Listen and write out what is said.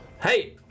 Hey